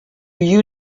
you